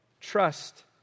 Trust